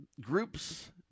groups